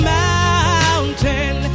mountain